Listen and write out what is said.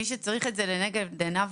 מי שצריך את זה לנגד עיניו,